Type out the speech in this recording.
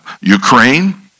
Ukraine